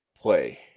play